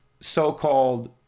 so-called